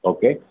Okay